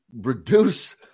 reduce